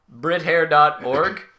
Brithair.org